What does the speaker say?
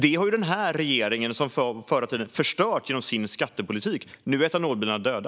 Detta har den här regeringen förstört genom sin skattepolitik; nu är etanolbilarna döda.